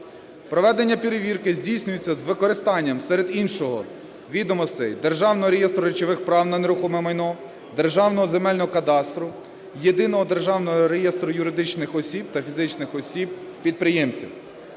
Проведення перевірки здійснюється з використанням, серед іншого, відомостей Державного реєстру речових прав на нерухоме майно, Державного земельного кадастру, Єдиного державного реєстру юридичних осіб та фізичних осіб-підприємців.